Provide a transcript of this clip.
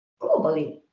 globally